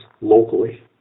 locally